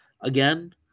Again